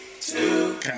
two